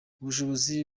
ubushobozi